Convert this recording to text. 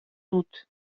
dut